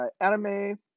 anime